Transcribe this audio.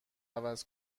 عوض